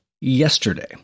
yesterday